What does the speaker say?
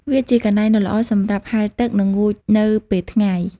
វាជាកន្លែងដ៏ល្អសម្រាប់ហែលទឹក និងងូតនៅពេលថ្ងៃ។